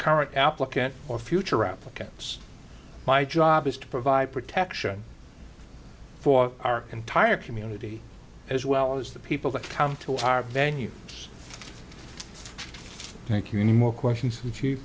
current applicant or future applicants my job is to provide protection for our entire community as well as the people that come to our venue thank you need more questions if you